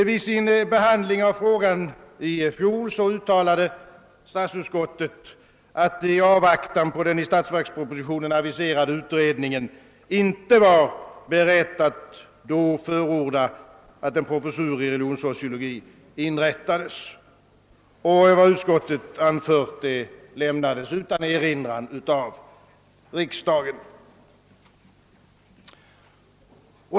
Vid sin behandling av frågan i fjol uttalade statsutskottet att det i avvaktan på den i statsverkspropositionen aviserade utredningen inte var berättigat att förorda att en professur i religionssociologi inrättades. Vad utskottet anförde lämnades utan erinran av riksdagen.